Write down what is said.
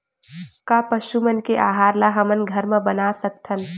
का पशु मन के आहार ला हमन घर मा बना सकथन?